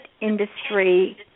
industry